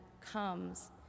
comes